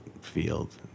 field